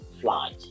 flight